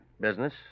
Business